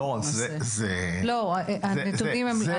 אבל הנתונים הם לא כך.